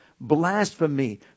blasphemy